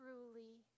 Truly